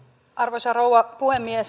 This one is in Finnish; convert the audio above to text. arvoisa rouva puhemies